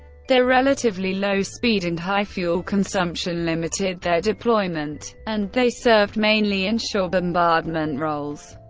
their relatively low speed and high fuel consumption limited their deployment, and they served mainly in shore bombardment roles.